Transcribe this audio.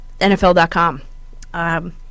NFL.com